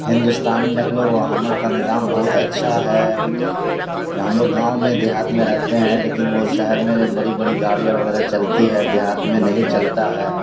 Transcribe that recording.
ہندوستانی نقل و حمل کا نظام بہت اچھا ہے ہم لوگ گاؤں میں دیہات میں رہتے ہیں لیکن وہ شہر میں بڑی بڑی گاڑیاں وغیرہ چلتی ہے دیہات میں نہیں چلتا ہے